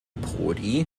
prodi